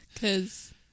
Cause